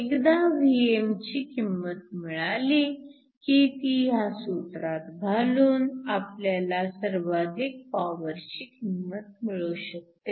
एकदा Vmची किंमत मिळाली की ती ह्या सूत्रात घालून आपल्याला सर्वाधिक पॉवरची किंमत मिळू शकते